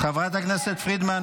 חבר הכנסת סובה,